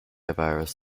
virus